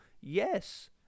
Yes